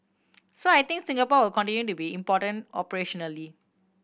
so I think Singapore will continue to be important operationally